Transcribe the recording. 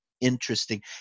interesting